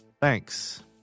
Thanks